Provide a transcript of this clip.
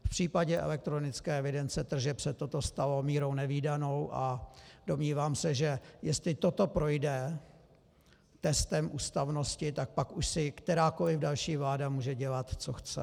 V případě elektronické evidence tržeb se toto stalo mírou nevídanou a domnívám se, že jestli toto projde testem ústavnosti, tak pak už si kterákoli další vláda může dělat, co chce.